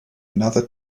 another